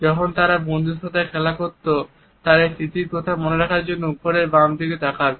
যখন তারা বন্ধুদের সাথে খেলা করতো তারা এই স্মৃতি মনে করার জন্য উপরে বামদিকে তাকাবে